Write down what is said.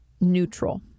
neutral